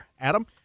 Adam